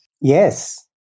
Yes